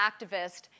activist